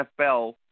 NFL